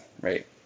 right